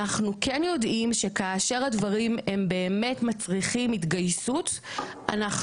אנחנו כן יודעים שכאשר הדברים באמת מצריכים התגייסות אנחנו